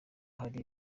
hari